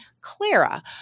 Clara